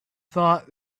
thought